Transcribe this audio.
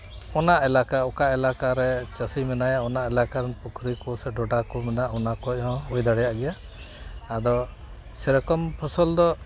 ᱚᱱᱟ ᱮᱞᱟᱠᱟ ᱚᱠᱟ ᱮᱞᱟᱠᱟ ᱨᱮ ᱪᱟᱹᱥᱤ ᱢᱮᱱᱟᱭᱟ ᱚᱱᱟ ᱮᱞᱟᱠᱟ ᱨᱮᱱ ᱯᱩᱠᱷᱨᱤ ᱠᱚ ᱥᱮ ᱰᱚᱰᱷᱟ ᱠᱚ ᱢᱮᱱᱟᱜ ᱚᱱᱟ ᱠᱷᱚᱱ ᱦᱚᱸ ᱦᱩᱭ ᱫᱟᱲᱮᱭᱟᱜ ᱜᱮᱭᱟ ᱟᱫᱚ ᱥᱮᱭᱨᱚᱠᱚᱢ ᱯᱷᱚᱥᱚᱞ ᱫᱚ